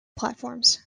platforms